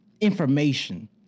information